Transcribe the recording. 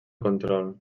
control